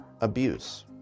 abuse